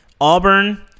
Auburn